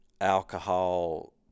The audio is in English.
alcohol